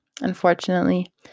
unfortunately